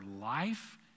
life